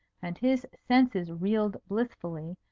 and his senses reeled blissfully,